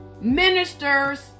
ministers